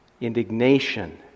indignation